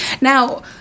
Now